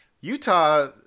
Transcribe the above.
utah